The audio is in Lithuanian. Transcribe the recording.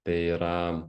tai yra